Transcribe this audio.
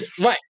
Right